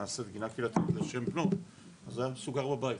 נעשית גינה --- אז הוא היה מסוגר בבית,